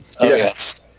yes